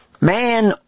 man